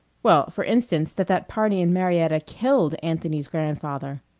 well, for instance, that that party in marietta killed anthony's grandfather.